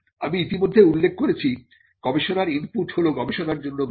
আমি ইতিমধ্যে উল্লেখ করেছি গবেষণার ইনপুট হল গবেষণার জন্য ব্যয়